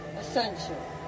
essential